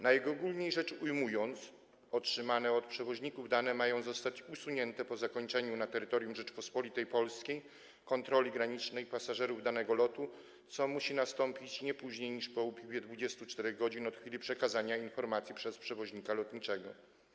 Najogólniej rzecz ujmując, otrzymane od przewoźników dane mają zostać usunięte po zakończeniu na terytorium Rzeczypospolitej Polskiej kontroli granicznej pasażerów danego lotu, co musi nastąpić nie później niż po upływie 24 godzin od chwili przekazania informacji przez przewoźnika lotniczego.